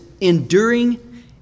enduring